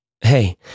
hey